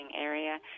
area